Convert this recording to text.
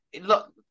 look